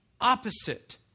opposite